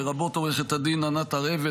לרבות עו"ד ענת הר אבן,